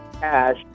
cash